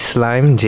Slime